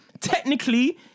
Technically